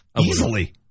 Easily